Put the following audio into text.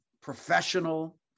professional